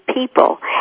people